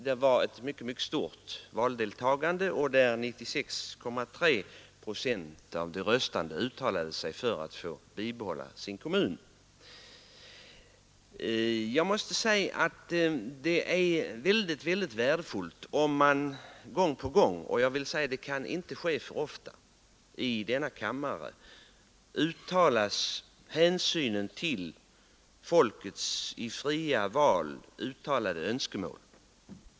Det var ett mycket stort valdeltagande, och 96,3 procent av de röstande uttalade sig för att få bibehålla sin kommun. Det är väldigt värdefullt att man gång på gång i denna kammare — det kan inte ske för ofta — framhåller att hänsyn bör tas till folkets i fria val uttalade önskemål.